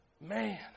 Man